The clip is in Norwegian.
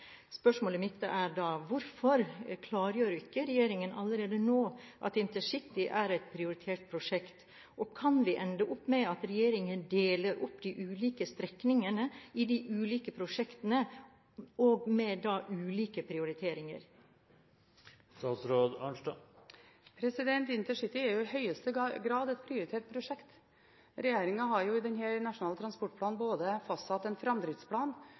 Spørsmålet mitt er: Hvorfor klargjør ikke regjeringen allerede nå at intercityutbygging er et prioritert prosjekt? Og kan vi ende opp med at regjeringen deler opp de ulike strekningene i de ulike prosjektene ut fra ulike prioriteringer? Intercityutbygging er i høyeste grad et prioritert prosjekt. Regjeringen har i denne nasjonale transportplanen fastsatt en framdriftsplan